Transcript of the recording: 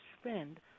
spend